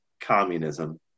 communism